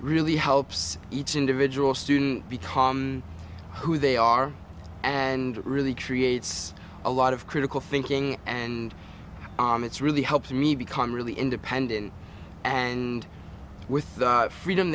really helps each individual student become who they are and it really creates a lot of critical thinking and it's really helped me become really independent and with the freedom